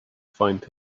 find